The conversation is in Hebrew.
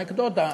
באנקדוטה.